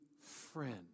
friend